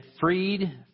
freed